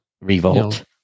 revolt